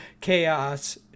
Chaos